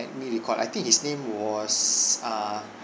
let me recall I think his name was err